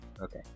Okay